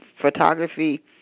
photography